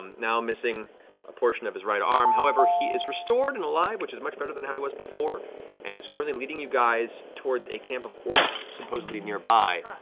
now missing a portion of his right arm. however, he is restored and alive, which is much better than how he was before and is currently leading you guys towards a camp of orcs, supposedly nearby,